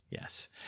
Yes